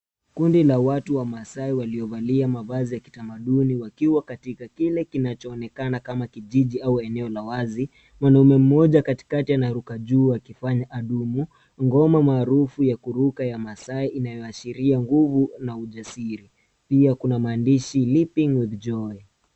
Kundi la watu wa maasai waliovalia mavazi ya kitamaduni wakiwa katika kile kinachoonekana kama kijiji au eneo la wazi. Mwanaume mmoja katikati anaruka juu akifanya anunu. Ngoma na harufu ya kuruka ya maasai inayoashiria nguvu na ujasiri.